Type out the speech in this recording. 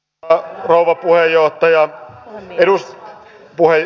arvoisa rouva puhemies